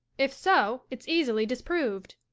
if so, it's easily disproved.